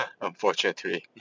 unfortunately